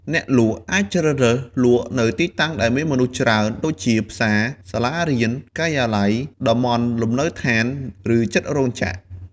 អ្នកលក់អាចជ្រើសរើសលក់នៅទីតាំងដែលមានមនុស្សច្រើនដូចជាផ្សារ សាលារៀន ការិយាល័យ តំបន់លំនៅដ្ឋាន ឬជិតរោងចក្រ។